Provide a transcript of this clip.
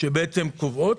שבעצם קובעות.